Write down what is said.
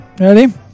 Ready